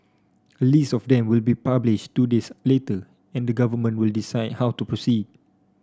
a list of them will be published two days later and the government will decide how to proceed